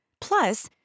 Plus